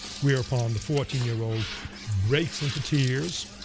whereupon the fourteen year old breaks into tears,